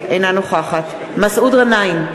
אינה נוכחת מסעוד גנאים,